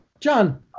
John